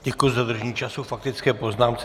Děkuji za dodržení času k faktické poznámce.